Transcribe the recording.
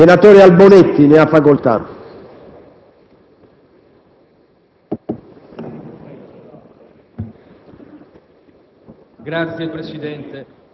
senatore Albonetti. Ne ha facoltà.